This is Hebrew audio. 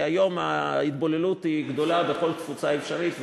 כי היום ההתבוללות גדולה בכל תפוצה אפשרית,